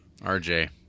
RJ